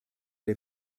der